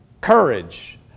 courage